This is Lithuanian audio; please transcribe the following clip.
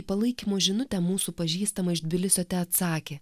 palaikymo žinutę mūsų pažįstamą iš tbilisio teatsakė